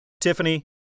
Tiffany